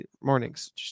mornings